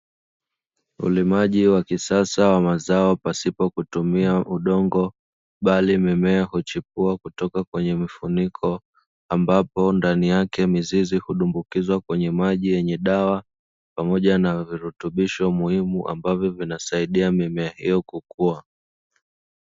Ulimaji wa kisasa wa mazao pasipo kutumia udongo bali mimea kuchipua kutoka kwenye vifuniko, ambapo ndani yake mizizi hudumbukizwa kwenye maji yenye dawa pamoja na virutubisho muhimu ambavyo vinasaidia mimea hiyo kukua.